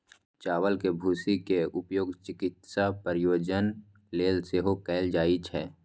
चावल के भूसी के उपयोग चिकित्सा प्रयोजन लेल सेहो कैल जाइ छै